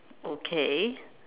okay